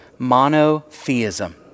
monotheism